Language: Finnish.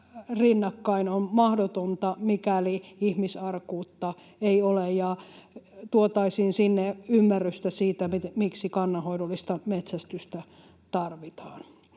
rinnakkain on mahdotonta, mikäli ihmisarkuutta ei ole, ja tuotaisiin sinne ymmärrystä siitä, miksi kannanhoidollista metsästystä tarvitaan.